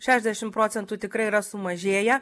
šešdešimt procentų tikrai yra sumažėję